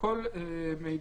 משהו ב-(ד)